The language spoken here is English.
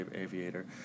aviator